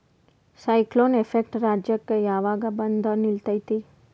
Cyclone effect ರಾಜ್ಯಕ್ಕೆ ಯಾವಾಗ ಬಂದ ನಿಲ್ಲತೈತಿ?